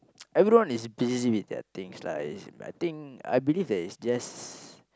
everyone is busy with their things lah I think I believe that is just